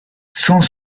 cent